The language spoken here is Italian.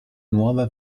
nuova